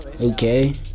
okay